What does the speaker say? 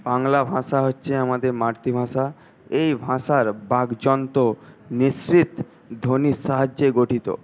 বাংলা ভাষা হচ্ছে আমাদের মাতৃভাষা এই ভাষার বাগযন্ত্র মিশ্রিত ধ্বনির সাহায্যে গঠিত